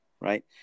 right